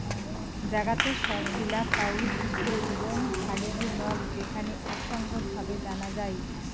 জাগাতের সব গিলা কাউরি সিস্টেম এবং থারিগী নক যেখানে আক সঙ্গত ভাবে জানা যাই